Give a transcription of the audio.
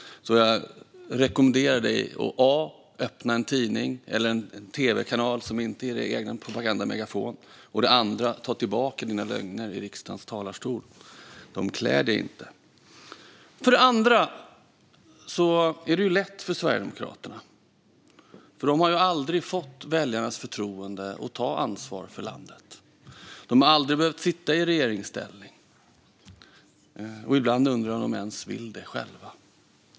Jag rekommenderar dig att a) öppna en tidning eller en tv-kanal som inte är er egen propagandamegafon och b) att ta tillbaka dina lögner i riksdagens talarstol. De klär dig inte. Det är också lätt för Sverigedemokraterna, för de har aldrig fått väljarnas förtroende att ta ansvar för landet. De har aldrig behövt sitta i regeringsställning. Ibland undrar jag om de ens vill det själva.